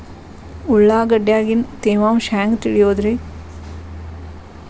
ಉಳ್ಳಾಗಡ್ಯಾಗಿನ ತೇವಾಂಶ ಹ್ಯಾಂಗ್ ತಿಳಿಯೋದ್ರೇ?